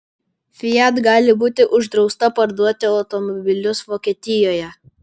fiat gali būti uždrausta parduoti automobilius vokietijoje